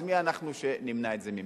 אז מי אנחנו שנמנע את זה ממנו.